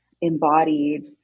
embodied